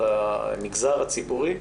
למגזר הציבורי.